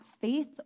faith